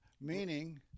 meaning